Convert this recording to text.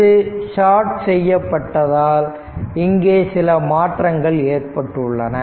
இது ஷார்ட் செய்யப்பட்டதால் இங்கே சில மாற்றங்கள் ஏற்பட்டுள்ளன